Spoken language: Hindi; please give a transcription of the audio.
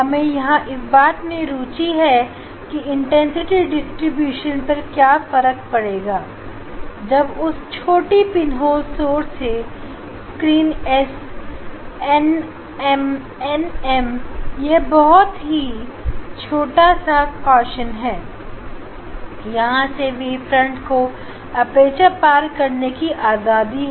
हमें यहां इस बात में रुचि है की इंटेंसिटी डिस्ट्रीब्यूशन पर क्या फर्क पड़ेगा जब उस छोटी पिन्होल सोर्स से स्क्रीन ऐस एनएमएनएम यह बहुत ही छोटा सा कॉशन है यहां से वेवफ्रंट को अपर्चर पार करने की आजादी है